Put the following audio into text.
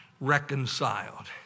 reconciled